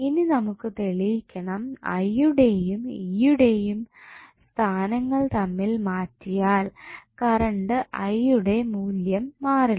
ഇനി നമുക്ക് തെളിയിക്കണം I യുടെയും E യുടെയും സ്ഥാനങ്ങൾ തമ്മിൽ മാറ്റിയാൽ കറണ്ട് I യുടെ മൂല്യം മാറില്ല